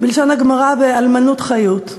בלשון הגמרא, באלמנוּת-חיוּת.